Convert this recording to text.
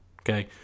Okay